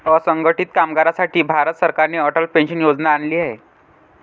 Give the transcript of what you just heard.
असंघटित कामगारांसाठी भारत सरकारने अटल पेन्शन योजना आणली आहे